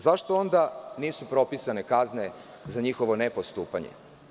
Zašto onda nisu propisane kazne za njihovo nepostupanje?